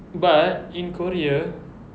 but in korea